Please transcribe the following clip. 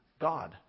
God